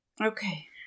Okay